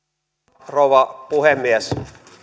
arvoisa rouva puhemies